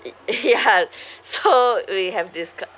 it ya so we have discou~